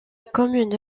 commune